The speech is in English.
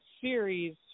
series